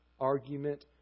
argument